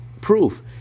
proof